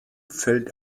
fällt